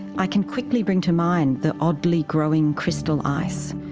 i can quickly bring to mind the oddly growing crystal ice,